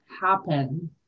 happen